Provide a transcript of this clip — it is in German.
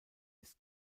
ist